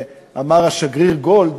שאמר השגריר גולד